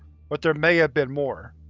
but there may have been more.